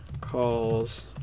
calls